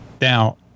Now